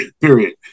Period